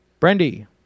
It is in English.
Brendy